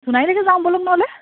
সোণাৰীলৈকে যাওঁ ব'লক নহলে